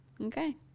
okay